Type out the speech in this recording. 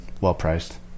well-priced